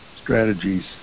Strategies